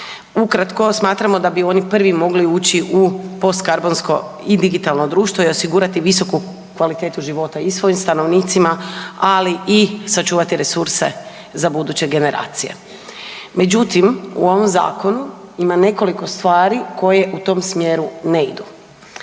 Ukratko smatramo da bi oni prvi mogli ući u postkarbonsko i digitalno društvo i osigurati visoku kvalitetu života i svojim stanovnicima, ali i sačuvati resurse za buduće generacije. Međutim, u ovom zakonu ima nekoliko stvari koje u tom smjeru ne idu.